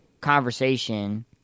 conversation